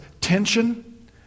tension